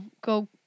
go